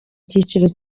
cyiciro